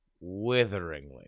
witheringly